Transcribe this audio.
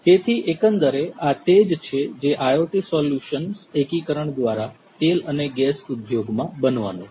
તેથી એકંદરે આ તે જ છે જે IoT સોલ્યુશન્સ એકીકરણ દ્વારા તેલ અને ગેસ ઉદ્યોગમાં બનવાનું છે